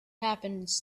happens